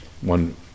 one